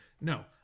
no